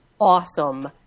awesome